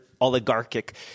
oligarchic